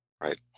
right